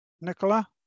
Nicola